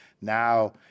now